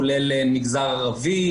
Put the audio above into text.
כולל מגזר ערבי,